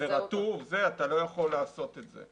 זה רטוב ואתה לא יכול לעשות את זה.